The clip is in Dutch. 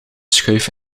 schuif